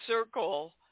circle